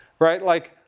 right? like,